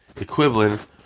equivalent